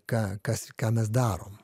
ką kas ką mes darom